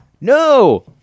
No